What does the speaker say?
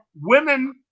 women